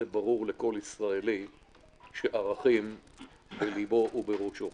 זה ברור לכל ישראלי שערכים בלבו ובראשו.